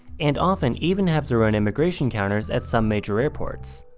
and often even have their own immigration counters at some major airports.